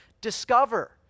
discover